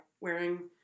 wearing